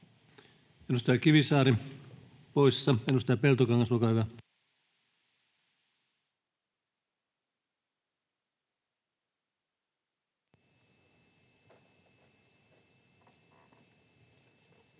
Edustaja Kivisaari poissa. — Edustaja Peltokangas, olkaa hyvä.